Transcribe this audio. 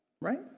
Right